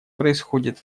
происходит